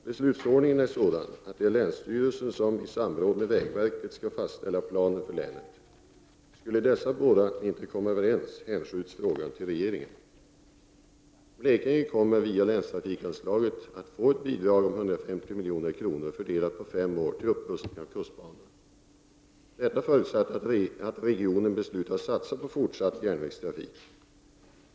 Beslutsordningen är sådan att det är länsstyrelsen som, i samråd med vägverket, skall fastställa planen för länet. Skulle dessa båda inte komma överens hänskjuts frågan till regeringen. Blekinge kommer, via länstrafikanslaget, att få ett bidrag på 150 milj.kr. fördelat på fem år till upprustning av kustbanan, detta förutsatt att regionen beslutar satsa på fortsatt järnvägstrafik.